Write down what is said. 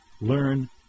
learn